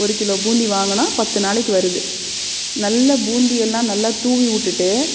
ஒரு கிலோ பூந்தி வாங்கினா பத்து நாளைக்கு வருது நல்லா பூந்தி எல்லாம் நல்லா தூவி விட்டுட்டு